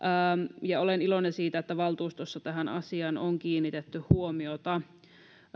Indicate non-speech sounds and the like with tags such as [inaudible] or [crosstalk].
[unintelligible] olen iloinen siitä että valtuustossa tähän asiaan on kiinnitetty huomiota [unintelligible]